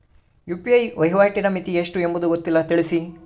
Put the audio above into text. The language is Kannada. ಯು.ಪಿ.ಐ ವಹಿವಾಟಿನ ಮಿತಿ ಎಷ್ಟು ಎಂಬುದು ಗೊತ್ತಿಲ್ಲ? ತಿಳಿಸಿ?